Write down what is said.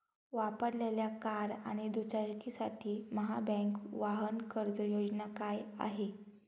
वापरलेल्या कार आणि दुचाकीसाठी महाबँक वाहन कर्ज योजना काय आहे?